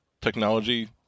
technology